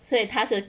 所以他是